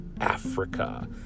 Africa